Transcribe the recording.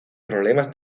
problemas